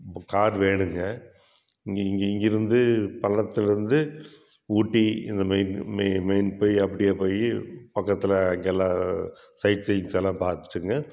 உங்கள் கார் வேணும்ங்க இங்கே இங்கே இங்கேருந்து பல்லடத்துலேருந்து ஊட்டி இந்த மெயின் மெயின் போய் அப்படியே போய் பக்கத்தில் அங்கெல்லாம் சைட் சீயிங்ஸெல்லாம் பார்த்துட்டுங்க